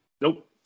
Nope